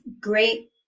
great